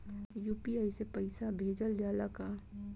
UPI से पईसा भेजल जाला का?